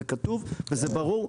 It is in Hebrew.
זה כתוב וזה ברור.